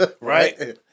Right